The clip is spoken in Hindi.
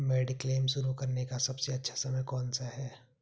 मेडिक्लेम शुरू करने का सबसे अच्छा समय कौनसा है?